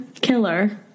killer